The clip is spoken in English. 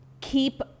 keep